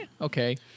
okay